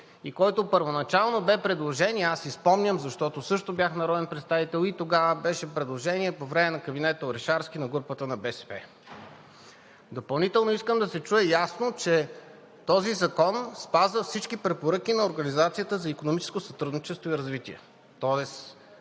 зала, преди около три години – спомням си, защото аз също бях народен представител, и тогава предложението беше по време на кабинета Орешарски, на групата на БСП. Допълнително искам да се чуе ясно, че този закон спазва всички препоръки на Организацията за икономическо сътрудничество и развитие,